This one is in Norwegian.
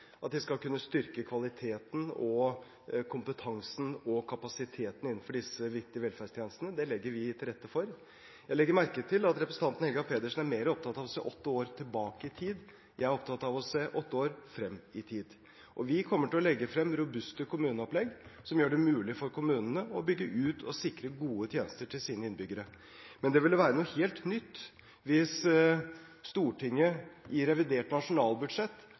at de skal kunne styrke kvaliteten, kompetansen og kapasiteten innenfor disse viktige velferdstjenestene. Det legger vi til rette for. Jeg legger merke til at representanten Helga Pedersen er mer opptatt av å se åtte år tilbake i tid. Jeg er opptatt av å se åtte år frem i tid. Vi kommer til å legge frem robuste kommuneopplegg, som gjør det mulig for kommunene å bygge ut og sikre gode tjenester til sine innbyggere. Det ville være noe helt nytt hvis Stortinget i revidert nasjonalbudsjett